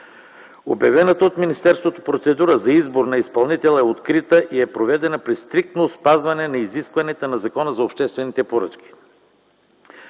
Обявената от министерството процедура за избор на изпълнител е открита и проведена при стриктно спазване на изискванията на Закона за обществените поръчки.